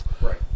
Right